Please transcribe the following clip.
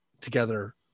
together